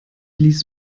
ließ